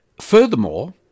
furthermore